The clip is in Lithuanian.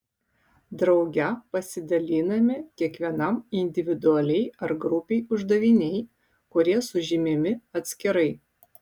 drauge pasidalinami kiekvienam individualiai ar grupei uždaviniai kurie sužymimi atskirai